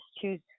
choose